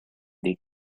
dei